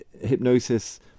Hypnosis